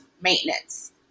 maintenance